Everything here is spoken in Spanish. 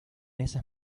esas